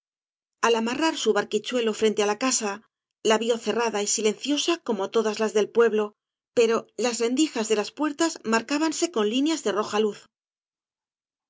al amarrar su barquíehuelo frente á la casa la vio cerrada y silenciosa como todas ia del pueblo pero las rendijas de las puertas marcábanse con líneas de roja luz